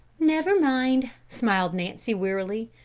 never mind! smiled nancy wearily.